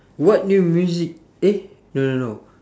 what new music eh no no no